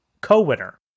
co-winner